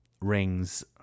rings